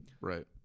right